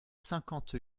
cinquante